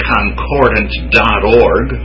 Concordant.org